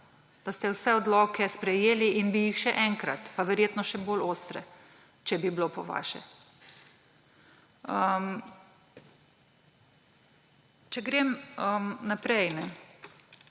da ste vse odloke sprejeli in bi jih še enkrat. Pa verjetno še bolj ostre, če bi bilo po vaše. Če grem naprej.